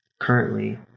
currently